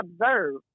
observe